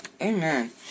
Amen